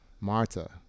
Marta